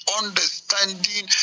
understanding